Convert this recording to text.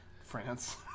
France